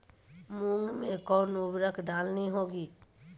मूंग में कौन उर्वरक डालनी होगी?